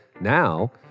Now